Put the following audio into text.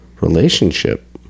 relationship